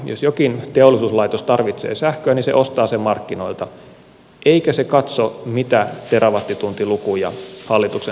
jos jokin teollisuuslaitos tarvitsee sähköä niin se ostaa sen markkinoilta eikä se katso mitä terawattituntilukuja hallituksen strategioihin on kirjattu